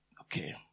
Okay